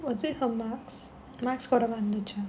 was it her marks marks போடா மறந்துருச்சா:poda marathuruchaa